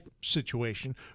situation